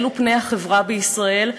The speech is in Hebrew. אלו פני החברה בישראל,